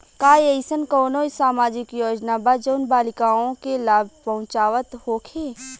का एइसन कौनो सामाजिक योजना बा जउन बालिकाओं के लाभ पहुँचावत होखे?